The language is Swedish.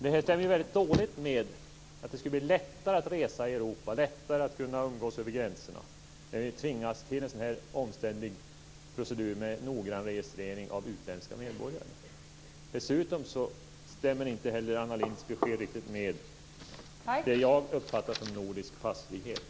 Det stämmer dåligt med att det skulle bli lättare att resa i Europa, lättare att umgås över gränserna, när vi tvingas till en sådan omständlig procedur med noggrann registrering av utländska medborgare. Dessutom stämmer inte Anna Lindhs besked med vad jag uppfattar som nordisk passfrihet.